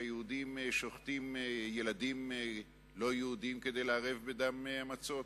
שיהודים שוחטים ילדים לא-יהודים כדי לערב דמם במצות.